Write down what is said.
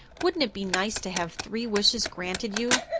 wouldn't it be nice to have three wishes granted you.